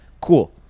cool